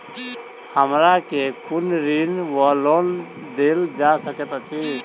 हमरा केँ कुन ऋण वा लोन देल जा सकैत अछि?